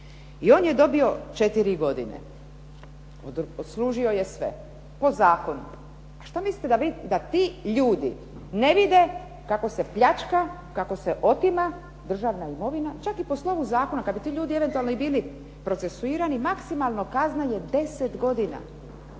I on je dobio četiri godine, odslužio je sve po zakonu. A šta mislite da ti ljudi ne vide kako se pljačka, kako se otima državna imovina čak i po slovu zakona. Kad bi ti ljudi eventualno i bili procesuirani maksimalno kazna je 10 godina